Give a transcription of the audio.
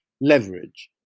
leverage